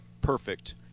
perfect